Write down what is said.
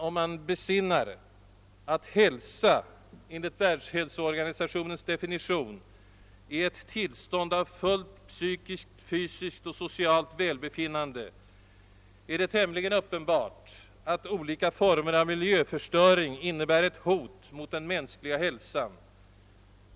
Om man besinnar att hälsa enligt Världshälsoorganisationens definition är ett tillstånd av fullt psykiskt, fysiskt och socialt välbefinnande, är det tämligen uppenbart att olika former av miljöförstöring innebär ett hot mot den mänskliga hälsan.